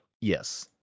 yes